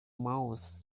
mouse